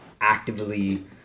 actively